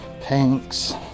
pinks